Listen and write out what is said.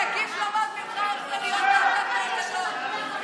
הפכת להיות להקת מעודדות.